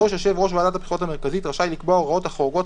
יושב ראש ועדת הבחירות המרכזית רשאי לקבוע הוראות החורגות